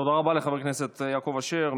תודה רבה לחבר הכנסת יעקב אשר.